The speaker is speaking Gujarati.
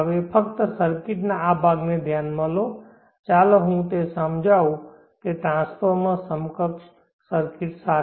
હવે ફક્ત સર્કિટના આ ભાગને ધ્યાનમાં લો ચાલો હું તે સમજાવું ક ટ્રાન્સફોર્મરની સમકક્ષ સર્કિટ સાથે